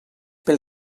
pel